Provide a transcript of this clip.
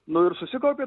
nu ir susikaupė